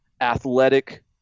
athletic